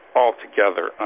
altogether